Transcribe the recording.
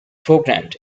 programmed